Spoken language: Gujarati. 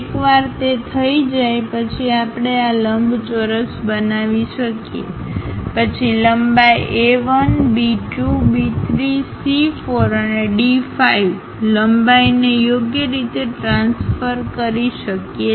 એકવાર તે થઈ જાય પછી આપણે આ લંબચોરસ બનાવી શકીએ પછી લંબાઈ A 1 B 2 B 3 C 4 અને D 5 લંબાઈને યોગ્ય રીતે ટ્રાન્સફર કરી શકીએ